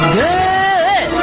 good